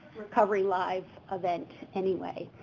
recovery live event anyway.